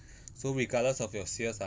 so regardless of your sales ah